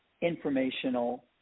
informational